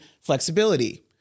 flexibility